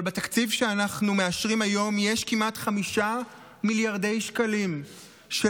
אבל בתקציב שאנחנו מאשרים היום יש כמעט 5 מיליארדי שקלים של